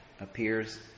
appears